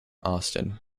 austen